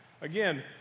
Again